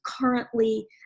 currently